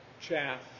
chaff